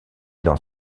dans